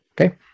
okay